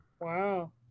Wow